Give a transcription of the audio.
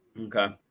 Okay